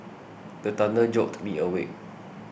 the thunder jolt me awake